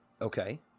Okay